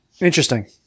Interesting